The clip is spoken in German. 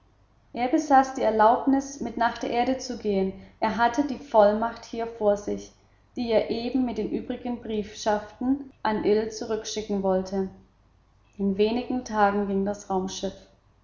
er besaß die erlaubnis mit nach der erde zu gehen er hatte die vollmacht hier vor sich die er eben mit den übrigen briefschaften an ill zurückschicken wollte in wenigen tagen ging das